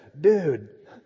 Dude